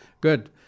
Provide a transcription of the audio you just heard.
good